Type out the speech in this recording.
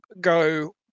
go